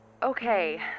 Okay